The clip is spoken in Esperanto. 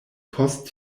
post